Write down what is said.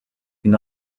une